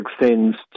extends